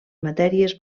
matèries